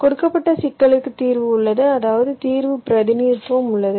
கொடுக்கப்பட்ட சிக்கலுக்கு தீர்வு உள்ளது அதாவது தீர்வு பிரதிநிதித்துவம் உள்ளது